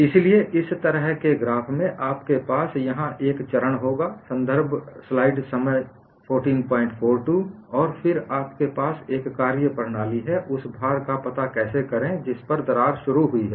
इसलिए इस तरह के ग्राफ में आपके पास यहां एक चरण होगा की तरह से दिखता है